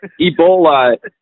Ebola